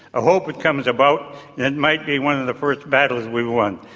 hope it comes about, and it might be one of the first battles we've won.